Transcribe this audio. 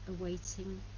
awaiting